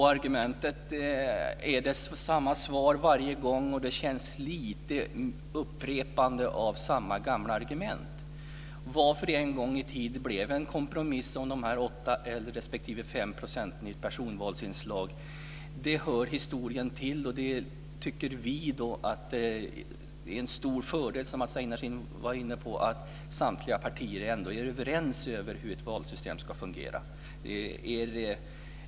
Svaret är detsamma varje gång, och det känns som om man upprepar samma gamla argument. Varför det en gång i tiden blev en kompromiss om 8 % respektive 5 % i fråga om personval hör historien till. Vi tycker att det är en fördel, vilket Mats Einarsson var inne på, att samtliga partier ändå är överens om hur ett valsystem ska fungera.